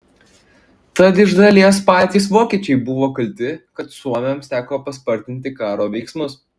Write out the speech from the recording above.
tad iš dalies patys vokiečiai buvo kalti kad suomiams teko paspartinti karo veiksmus